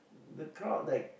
the crowd like